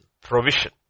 provision